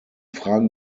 fragen